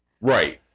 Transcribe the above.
Right